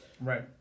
Right